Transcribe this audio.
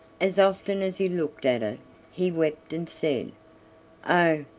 as often as he looked at it he wept and said oh!